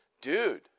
dude